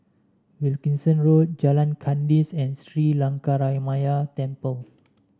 Wilkinson Road Jalan Kandis and Sri Lankaramaya Temple